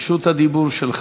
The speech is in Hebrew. רשות הדיבור שלך.